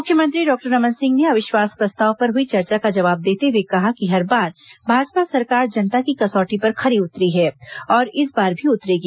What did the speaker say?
मुख्यमंत्री डॉक्टर रमन सिंह ने अविश्वास प्रस्ताव पर हुई चर्चा का जवाब देते हुए कहा कि हर बार भाजपा सरकार जनता की कसौटी पर खरी उतरी है और इस बार भी उतरेगी